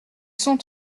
sont